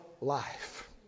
life